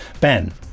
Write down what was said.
Ben